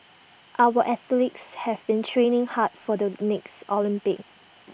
our athletes have been training hard for the next Olympics